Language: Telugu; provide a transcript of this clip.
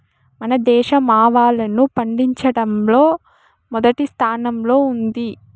మన దేశం ఆవాలను పండిచటంలో మొదటి స్థానం లో ఉంది